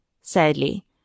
Sadly